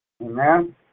Amen